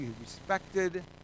respected